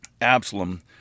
Absalom